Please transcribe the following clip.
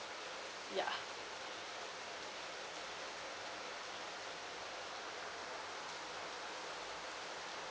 ya